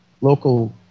local